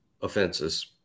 offenses